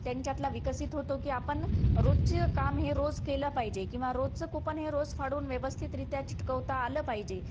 त्यांच्यातला विकसित होतो की आपण रोजचे काम हे रोज केलं पाहिजे किंवा रोजचं कूपन हे रोज फाडून व्यवस्थितरीत्या चिकटवता आलं पाहिजे